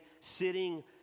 sitting